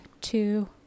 two